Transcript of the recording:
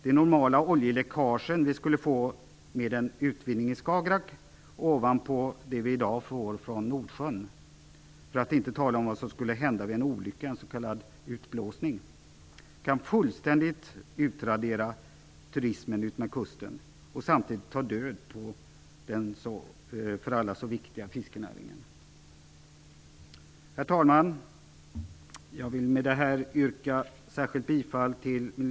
De normala oljeläckage som det skulle medföra med en utvinning i Skagerrak och det oljeläckage som vi i dag får från Nordsjön, för att inte tala om vad som skulle hända vid en olycka - en s.k. utblåsning - skulle kunna utradera turismen utmed kusten fullständigt. Det skulle samtidigt ta död på den för alla så viktiga fiskenäringen. Herr talman! Jag vill med detta yrka bifall till